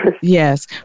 Yes